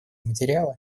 материала